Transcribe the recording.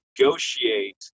negotiate